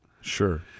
Sure